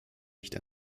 nicht